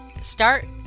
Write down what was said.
start